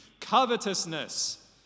covetousness